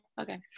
Okay